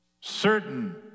certain